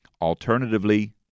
Alternatively